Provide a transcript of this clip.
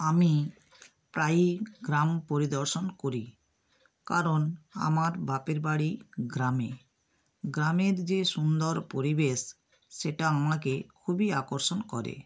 আমি প্রায়ই গ্রাম পরিদর্শন করি কারণ আমার বাপের বাড়ি গ্রামে গ্রামের যে সুন্দর পরিবেশ সেটা আমাকে খুবই আকর্ষণ করে